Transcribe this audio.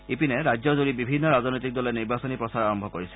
ইপিনে ৰাজ্যজুৰি বিভিন্ন ৰাজনৈতিক দলে নিৰ্বাচনী প্ৰচাৰ আৰম্ভ কৰিছে